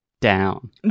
Down